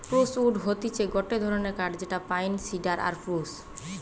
spruce wood হতিছে গটে ধরণের কাঠ যেটা পাইন, সিডার আর স্প্রুস